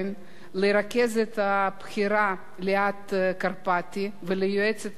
לרכזת הבכירה ליאת קרפטי וליועצת המשפטית